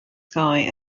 sky